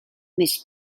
més